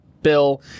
Bill